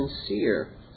sincere